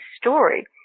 story